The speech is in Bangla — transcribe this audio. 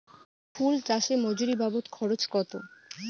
ফুল চাষে মজুরি বাবদ খরচ কত?